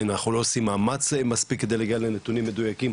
האם אנחנו לא עושים מאמץ מספיק כדי להגיע לנתונים מדויקים,